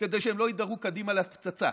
כדי שהם לא ידהרו קדימה לפצצה,